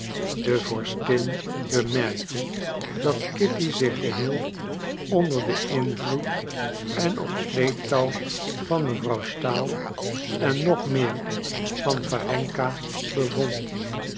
de vorstin bemerkte dat kitty zich geheel onder den invloed en op sleeptouw van mevrouw stahl en nog meer van warenka bevond